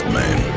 man